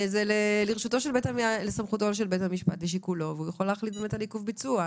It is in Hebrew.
זה בסמכות ושיקול בית המשפט והוא יכול להחליט על עיכוב ביצוע.